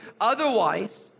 Otherwise